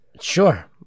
Sure